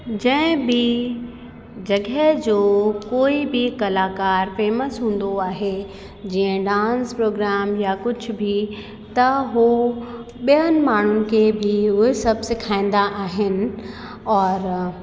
जंहिं बि जॻहि जो कोई बि कलाकार फेमस हूंदो आहे जीअं डांस प्रोग्राम या कुझु बि त हू ॿियनि माण्हुनि खे बि उहे सभु सेखारींदा आहिनि और